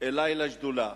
אלי לשדולה.